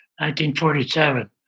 1947